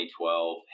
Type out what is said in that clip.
2012